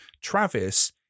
Travis